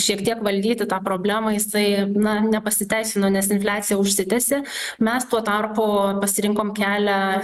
šiek tiek valdyti tą problemą jisai na nepasiteisino nes infliacija užsitęsė mes tuo tarpu pasirinkom kelią